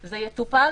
זה יטופל,